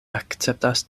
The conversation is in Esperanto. akceptas